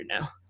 now